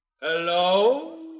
Hello